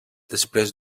després